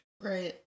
Right